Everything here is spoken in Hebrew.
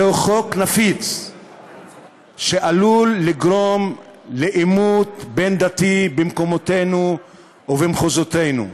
זהו חוק נפיץ שעלול לגרום לעימות בין-דתי במקומותינו ובמחוזותינו.